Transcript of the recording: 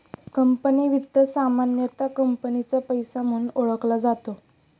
company वित्त सामान्यतः कंपनीचा पैसा म्हणून ओळखला जातो